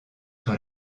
sur